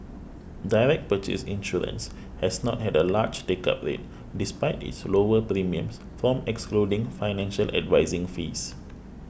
direct purchase insurance has not had a large take up rate despite its lower premiums from excluding financial advising fees